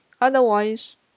otherwise